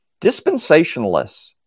Dispensationalists